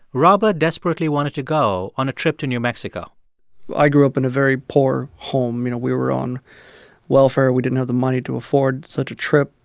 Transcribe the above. robert desperately wanted to go on a trip to new mexico i grew up in a very poor home. you know, we were on welfare. we didn't have the money to afford such a trip.